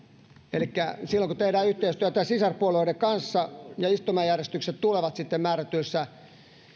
elikkä silloin kun tehdään yhteistyötä sisarpuolueiden kanssa ja istumajärjestykset tulevat sitten määrätyssä